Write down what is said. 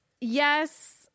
Yes